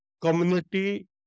community